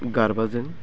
गारबाजों